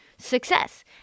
Success